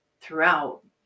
throughout